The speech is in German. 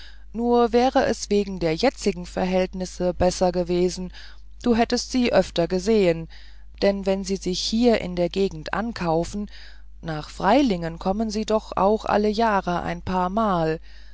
nur wäre es wegen der jetzigen verhältnisse besser gewesen du hättest sie öfter gesehen denn wenn sie sich hier in der gegend ankaufen nach freiling kommen sie doch auch alle jahre ein paar